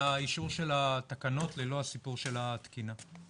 מהאישור של התקנות ללא הסיפור של התקינה.